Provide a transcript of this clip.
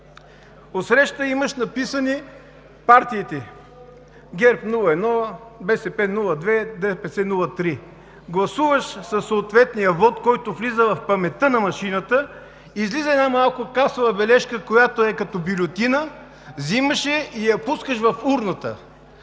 Отсреща имаш написани партиите: ГЕРБ – 01, БСП – 02, ДПС – 03, гласуваш със съответния вот, който влиза в паметта на машината, излиза малка касова бележка, която е като бюлетина, взимаш я и я пускаш в урната,